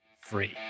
free